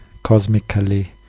cosmically